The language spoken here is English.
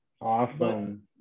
Awesome